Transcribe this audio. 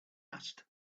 asked